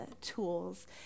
tools